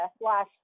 last